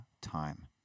time